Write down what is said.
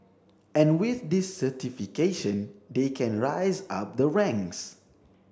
and with this certification they can rise up the ranks